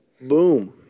boom